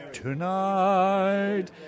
tonight